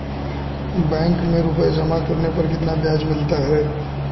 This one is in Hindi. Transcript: बैंक में रुपये जमा करने पर कितना ब्याज मिलता है?